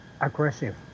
aggressive